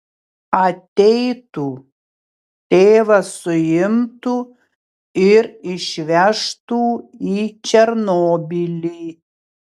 ateitų tėvas suimtų ir išvežtų į černobylį